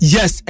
Yes